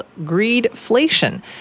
greedflation